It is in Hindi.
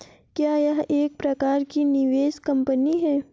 क्या यह एक प्रकार की निवेश कंपनी है?